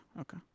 okay